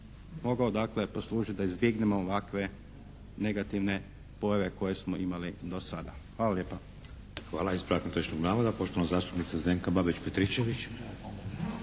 mogao poslužiti da izbjegnemo ovakve negativne pojave koje smo imali do sada. Hvala lijepa. **Šeks, Vladimir (HDZ)** Hvala. Ispravak netočnog navoda, poštovana zastupnica Zdenka Babić-Petričević.